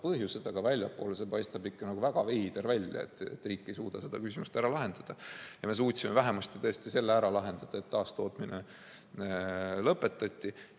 põhjused, aga väljapoole paistab ikka väga veider välja, et riik ei suuda seda küsimust ära lahendada. Ja tõesti, me suutsime vähemasti selle ära lahendada, taastootmine lõpetati.